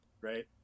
right